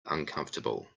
uncomfortable